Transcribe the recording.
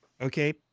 okay